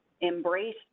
embrace